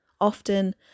Often